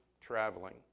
traveling